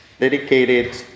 dedicated